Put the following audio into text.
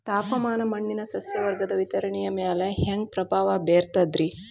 ತಾಪಮಾನ ಮಣ್ಣಿನ ಸಸ್ಯವರ್ಗದ ವಿತರಣೆಯ ಮ್ಯಾಲ ಹ್ಯಾಂಗ ಪ್ರಭಾವ ಬೇರ್ತದ್ರಿ?